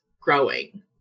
growing